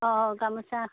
অ' গামোচা